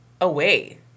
Away